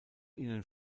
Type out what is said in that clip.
ihnen